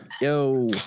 Yo